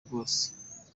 rwose